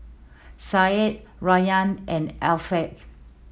Syed Rayyan and Afiqah